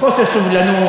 חוסר סובלנות,